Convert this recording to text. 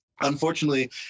Unfortunately